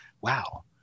Wow